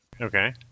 Okay